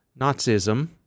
Nazism